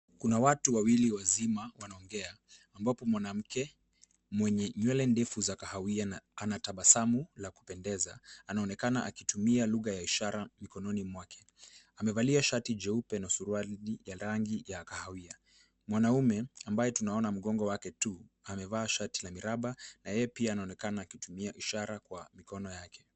Kuna watu wawili wazima wanaongea, ambapo mwanamke mwenye nywele ndefu za kahawia na ana tabasamu la kupendeza, anaonekana akitumia lugha ya ishara mikononi mwake. Amevalia shati jeupe na suruali ya rangi ya kahawia. Mwanaume ambaye tunaona mgongo wake tu, amevaa shati la miraba na yeye pia anaonekana akitumia ishara kwa mikono yake.